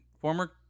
former